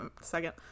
second